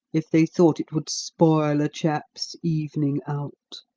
if they thought it would spoil a chap's evening out.